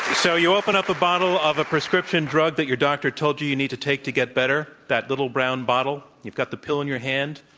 so you open up a bottle of a prescription drug that your doctor told you you need to take to get better, that little brown bottle. you've got the pill in your hand,